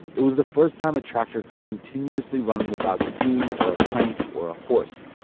it was the first time a tractor could continuously run without steam or a crank or a horse.